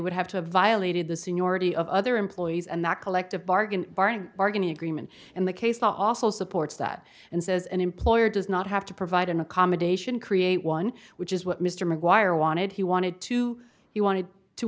would have to have violated the seniority of other employees and that collective bargain barring bargaining agreement and the case also supports that and says an employer does not have to provide an accommodation create one which is what mr maguire wanted he wanted to he wanted to